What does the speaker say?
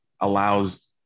allows